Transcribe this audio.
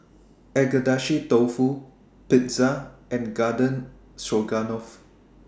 Agedashi Dofu Pizza and Garden Stroganoff